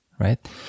right